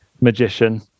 magician